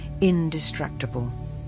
indestructible